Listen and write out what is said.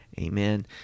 Amen